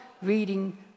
reading